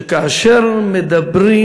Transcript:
שכאשר מדברים